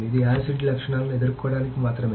ఇది యాసిడ్ లక్షణాలను ఎదుర్కోవడానికి మాత్రమే